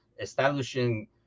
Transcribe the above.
establishing